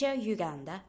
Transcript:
Uganda